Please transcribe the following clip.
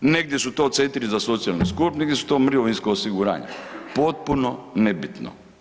Negdje su to centri za socijalnu skrb, negdje su to mirovinsko osiguranje, potpuno nebitno.